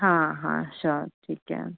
हाँ हाँ श्योर ठीक है